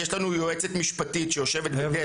יש לנו יועצת משפטית שיושבת בדסק.